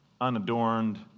unadorned